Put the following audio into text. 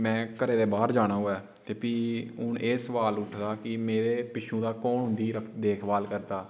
में घरै दे बाह्र जाना होऐ ते फ्ही हून एह् सवाल उठदा कि मेरे पिच्छुं दा कौन उं'दी देखभाल करदा